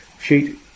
sheet